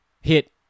hit